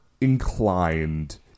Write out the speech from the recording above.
inclined